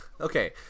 okay